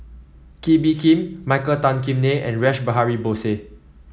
Kee Bee Khim Michael Tan Kim Nei and Rash Behari Bose